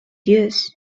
zeus